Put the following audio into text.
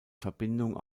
verbindung